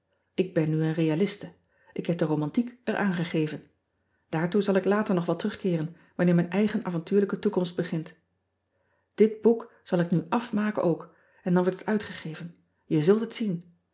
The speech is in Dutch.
k ben nu een realiste k heb de romantiek er aan gegeven aartoe zal ik later nog wel terugkeeren wanner mijn eigen avontuurlijke toekomst begint it boek zal ik nu afmaken ook en dan wordt het uitgegeven e zult het zien